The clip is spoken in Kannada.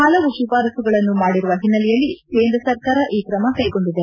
ಹಲವು ಶಿಫಾರಸುಗಳನ್ನು ಮಾಡಿರುವ ಹಿನ್ನೆಲೆಯಲ್ಲಿ ಕೇಂದ್ರ ಸರ್ಕಾರ ಕ್ರಮ ಕೈಗೊಂಡಿದೆ